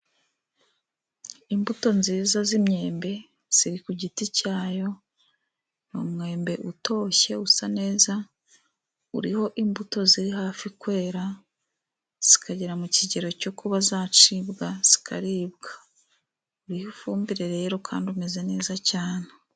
Imbuto nziza z'imyembe ziri ku giti cyayo. Ni umwembe utoshye usa neza, uriho imbuto ziri hafi kwera zikagera mu kigero cyo kuba zacibwa zikaribwa, uriho ifumbire kandi umeze neza cyane.